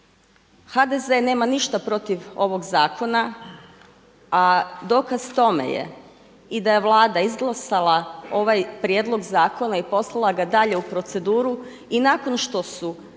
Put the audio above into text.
HDZ nema ništa protiv ovog zakona, a dokaz tome je i da je Vlada izglasala ovaj prijedlog zakona i poslala ga dalje u proceduru i nakon što su